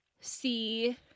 see